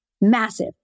Massive